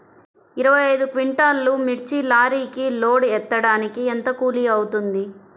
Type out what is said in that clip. ఇరవై ఐదు క్వింటాల్లు మిర్చి లారీకి లోడ్ ఎత్తడానికి ఎంత కూలి అవుతుంది?